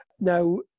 Now